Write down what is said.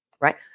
right